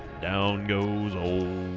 down goes over